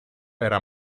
era